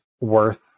worth